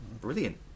Brilliant